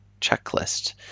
checklist